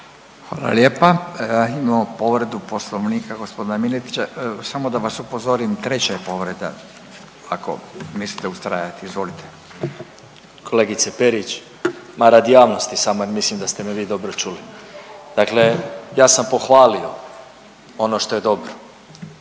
Hvala lijepa. Imamo povredu Poslovnika gospodina Miletića. Samo da vas upozorim treća je povreda ako mislite ustrajati. Izvolite. **Miletić, Marin (MOST)** Kolegice Perić, ma radi javnosti samo jer mislim da ste me vi dobro čuli. Dakle, ja sam pohvalio ono što je dobro